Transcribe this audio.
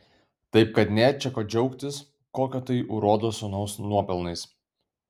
taip kad nėr čia ko džiaugtis kokio tai urodo sūnaus nuopelnais